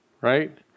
Right